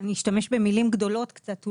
אני אולי אשתמש במילים קצת גדולות